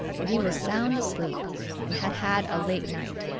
for he was sound asleep and had had a late night.